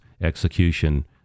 execution